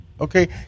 Okay